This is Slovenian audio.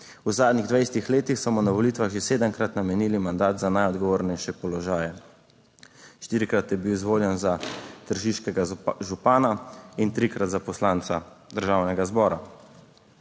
V zadnjih 20 letih so mu na volitvah že sedemkrat namenili mandat za najodgovornejše položaje. Štirikrat je bil izvoljen za tržiškega župana in trikrat za poslanca Državnega zbora.